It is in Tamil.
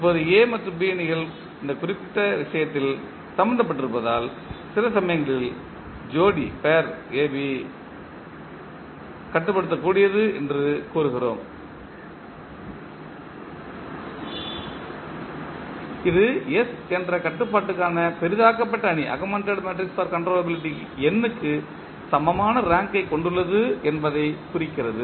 இப்போது A மற்றும் B அணிகள் இந்த குறிப்பிட்ட விசயத்தில் சம்பந்தப்பட்டிருப்பதால் சில சமயங்களில் ஜோடி AB கட்டுப்படுத்தக்கூடியது என்றும் கூறுகிறோம் இது S என்ற கட்டுப்பாட்டுக்கான பெரிதாக்கப்பட்ட அணி n க்கு சமமான ரேங்கை கொண்டுள்ளது என்பதைக் குறிக்கிறது